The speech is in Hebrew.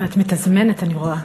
את מתזמנת, אני רואה.